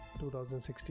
2016